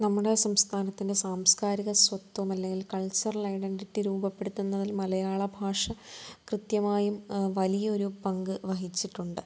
നമ്മുടെ സംസ്ഥാനത്തിൻ്റെ സാംസ്കാരിക സ്വത്തമല്ലേൽ കൾച്ചറൽ ഐഡൻടിറ്റി രൂപപ്പെടുത്തുന്നതിൽ മലയാള ഭാഷ കൃത്യമായും വലിയൊരു പങ്ക് വഹിച്ചിട്ടുണ്ട്